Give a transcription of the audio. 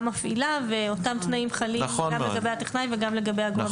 מפעילה ואותם תנאים חלים גם לגבי הטכנאי וגם לגבי הגורם סיוע אזרחי.